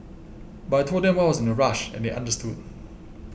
but I told them why I was in a rush and they understood